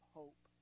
hope